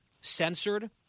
censored